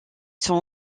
sont